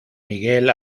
miguel